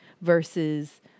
versus